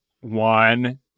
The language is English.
one